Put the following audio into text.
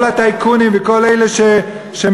כל הטייקונים וכל אלה שמסודרים,